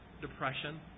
depression